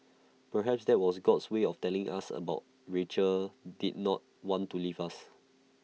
perhaps that was God's way of telling us that Rachel did not want to leave us